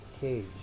Cage